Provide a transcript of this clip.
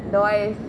nice